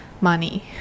money